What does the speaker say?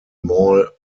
mall